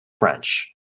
French